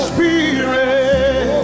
Spirit